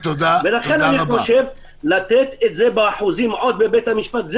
לכן אני חושב לתת את זה באחוזים עוד בבית המשפט.